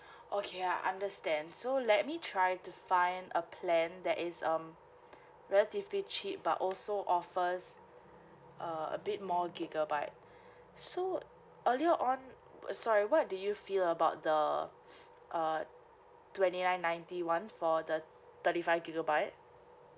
okay I understand so let me try to find a plan that is um relatively cheap but also offers err a bit more gigabyte so earlier on uh sorry what do you feel about the uh twenty nine ninety [one] for the thirty five gigabyte